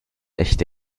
echte